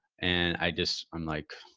and i just i'm like,